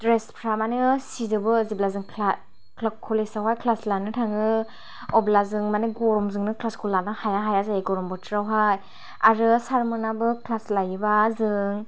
द्रेसफ्रा माने सिजोबो जेब्ला जों क्ला कलेजावहाय क्लास लानो थाङो अब्ला जों माने गरम जोंनो क्लासखौ लानो हाया हाया जायो गरम बोथोरावहाय आरो सारमोनाबो क्लास लायोबा जों